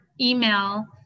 email